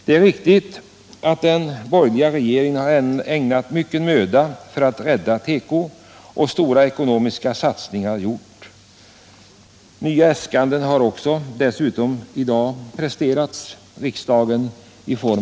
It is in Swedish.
Det är riktigt att den borgerliga regeringen har ägnat mycken möda åt att rädda tekobranschen, och stora ekonomiska satsningar har gjorts. Nya äskanden i form av en proposition har dessutom presenterats riksdagen i dag.